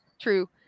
true